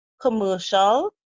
commercial